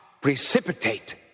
precipitate